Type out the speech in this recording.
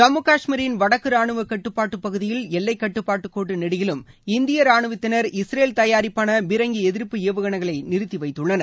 ஜம்மு கஷ்மீரின் வடக்கு ரானுவ கட்டுப்பாட்டில் பகுதியில் எல்லைக்கட்டுப்பாட்டு கோட்டு நெடுகிலும் இந்திய ரானுவத்தினர் இஸ்ரேல் தயாரிப்பான பீரங்கி எதிர்ப்பு ஏவுகணை ஸ்பக்கை நிறுத்தி வைத்துள்ளனர்